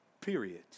Period